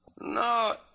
No